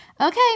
Okay